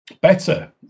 better